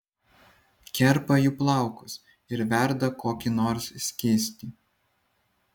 kerpa jų plaukus ir verda kokį nors skystį